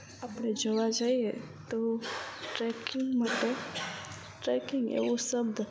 આપણે જોવા જાઈએ તો ટ્રેકિંગ માટે ટ્રેકિંગ એવો શબ્દ